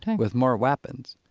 with more weapons.